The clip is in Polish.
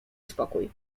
spokój